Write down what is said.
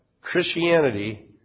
Christianity